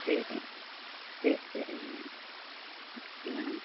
சரிங்க சரி சரிங்க நான்